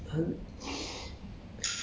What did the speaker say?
我需要 action 出来